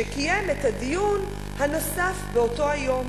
שקיים את הדיון הנוסף באותו היום.